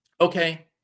Okay